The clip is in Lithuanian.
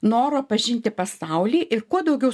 noro pažinti pasaulį ir kuo daugiau